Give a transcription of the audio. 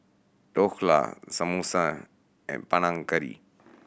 Dhokla Samosa and Panang Curry